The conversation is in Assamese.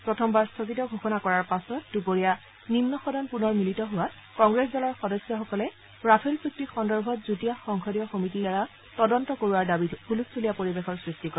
প্ৰথমবাৰ স্থগিত ঘোষণা কৰাৰ পাছত দুপৰীয়া নিম্ন সদন পুনৰ মিলিত হোৱাত কংগ্ৰেছ দলৰ সদস্যসকলে ৰাফেল চুক্তি সন্দৰ্ভত যুটীয়া সংসদীয় সমিতিৰ দ্বাৰা তদন্ত দাবী তুলি হুলস্থুলীয়া পৰিবেশৰ সৃষ্টি কৰে